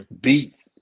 Beats